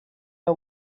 air